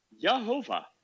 Yahovah